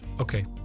okay